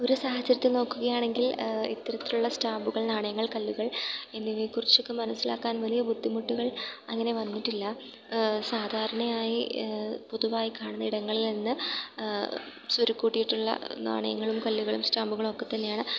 ഒരു സാഹചര്യത്തിൽ നോക്കുകയാണെങ്കിൽ ഇത്തരത്തിലുള്ള സ്റ്റാമ്പുകൾ നാണയങ്ങൾ കല്ലുകൾ എന്നിവയെക്കുറിച്ചൊക്കെ മനസ്സിലാക്കാൻ വലിയ ബുദ്ധിമുട്ടുകൾ അങ്ങനെ വന്നിട്ടില്ല സാധാരണയായി പൊതുവായി കാണുന്നയിടങ്ങളിൽനിന്ന് സ്വരുക്കൂട്ടിയിട്ടുള്ള നാണയങ്ങളും കല്ലുകളും സ്റ്റാമ്പുകളൊക്കെത്തന്നെയാണ്